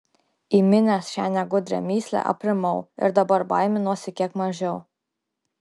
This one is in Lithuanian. įminęs šią negudrią mįslę aprimau ir dabar baiminuosi kiek mažiau